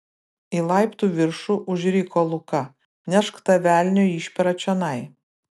į laiptų viršų užriko luka nešk tą velnio išperą čionai